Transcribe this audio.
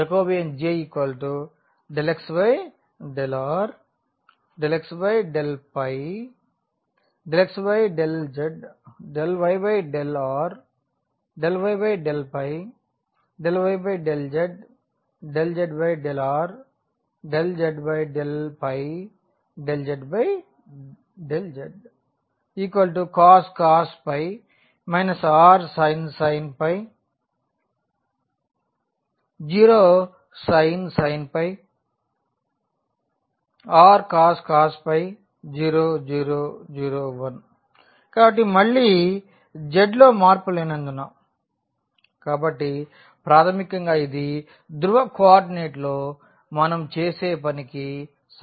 J∂x∂r ∂x∂ϕ ∂x∂z ∂y∂r ∂y∂ϕ ∂y∂z ∂z∂r ∂z∂ϕ ∂z∂z cos rsin 0 sin rcos 0 0 0 1 r కాబట్టి మళ్ళీ z లో మార్పు లేనందున కాబట్టి ప్రాథమికంగా ఇది ధ్రువ కోఆర్డినేట్లో మనం చేసే పనికి సమానంగా ఉంటుంది